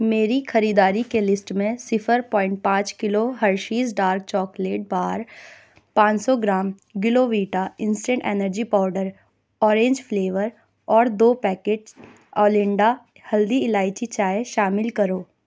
میری خریداری کے لسٹ میں صفر پوائنٹ پانچ kilo Hershey's dark chocolate bar پانچ سو گرام گلوویٹا instant energy powder orange flavour اور دو پیکٹس اولنڈا ہلدی الائچی چائے شامل کرو